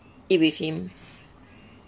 eat with him